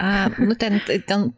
a nu ten ten